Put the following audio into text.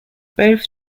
both